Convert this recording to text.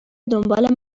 دنبال